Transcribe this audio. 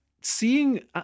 seeing